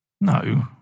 no